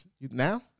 Now